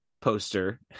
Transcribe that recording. poster